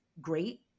great